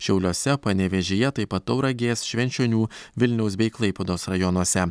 šiauliuose panevėžyje taip pat tauragės švenčionių vilniaus bei klaipėdos rajonuose